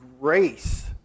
grace